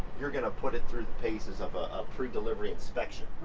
you're gonna put it through the paces of a pre-delivery inspection,